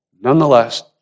Nonetheless